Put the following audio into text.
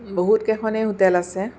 বহুত কেইখনে হোটেল আছে